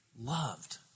loved